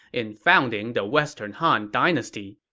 in founding the western han dynasty.